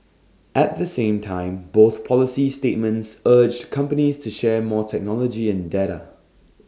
at the same time both policy statements urged companies to share more technology and data